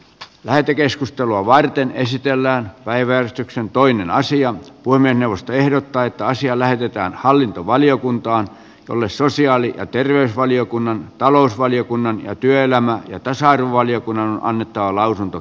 lähetekeskustelua varten esitellään päiväystyksen toinen asia voimme puhemiesneuvosto ehdottaa että asia lähetetään hallintovaliokuntaan jolle sosiaali ja terveysvaliokunnan talousvaliokunnan ja työelämä ja tasa arvovaliokunnan on annettava lausunto